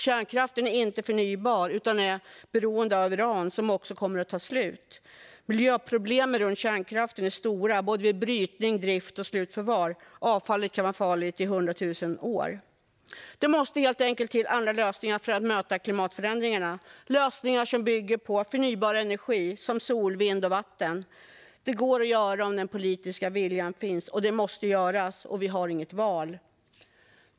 Kärnkraften är inte förnybar utan är beroende av uran som också kommer att ta slut. Miljöproblemen runt kärnkraften är stora såväl vid brytning och drift som vid slutförvar. Avfallet kan vara farligt i 100 000 år. Det måste helt enkelt till andra lösningar för att möta klimatförändringarna - lösningar som bygger på förnybar energi som sol, vind och vatten. Det går att göra om den politiska viljan finns, och det måste göras. Vi har inget val.